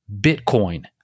Bitcoin